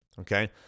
okay